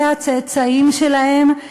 אלה הצאצאים שלהם,